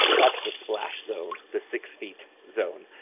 that's the splash zone, the six feet zone.